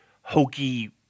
hokey